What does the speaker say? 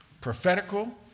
prophetical